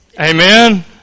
Amen